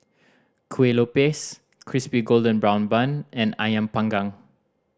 Kueh Lopes Crispy Golden Brown Bun and Ayam Panggang